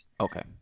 okay